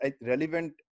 relevant